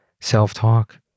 self-talk